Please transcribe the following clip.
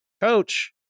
coach